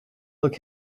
look